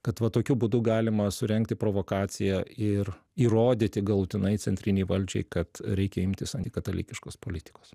kad va tokiu būdu galima surengti provokaciją ir įrodyti galutinai centrinei valdžiai kad reikia imtis antikatalikiškos politikos